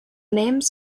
names